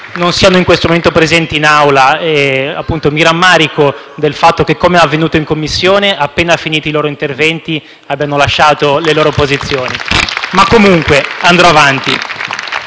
non siano in questo momento presenti in Aula e, appunto, mi rammarico del fatto che, come avvenuto in Commissione, appena finiti i loro interventi abbiano lasciato le loro posizioni. Ma comunque andrò avanti.